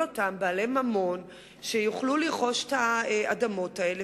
אותם בעלי ממון שיוכלו לרכוש את האדמות האלה,